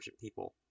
people